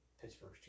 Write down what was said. Pittsburgh